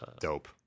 dope